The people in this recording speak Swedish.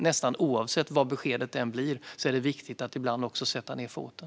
Nästan oavsett vad beskedet blir är det viktigt att sätta ned foten.